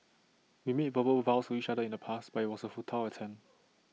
we made verbal vows to each other in the past but IT was A futile attempt